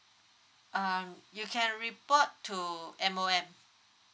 um you can report to M_O_M